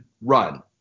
run